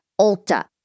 Ulta